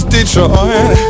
Detroit